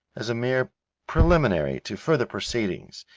as a mere preliminary to further proceedings,